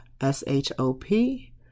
S-H-O-P